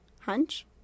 Hunch